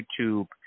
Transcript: YouTube